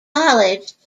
college